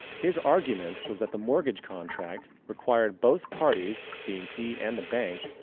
his argument was that the mortgage contract required both parties, being he and the bank,